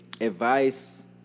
advice